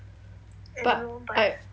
but like